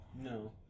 No